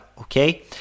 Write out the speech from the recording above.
okay